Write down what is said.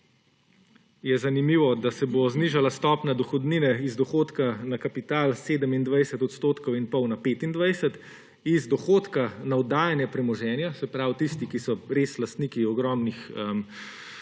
je zanimivo, da se bo znižala stopnja dohodnine iz dohodka na kapital s 27 % in pol na 25 %, iz dohodka na oddajanje premoženja – se pravi, tisti ki so res lastniki ogromnega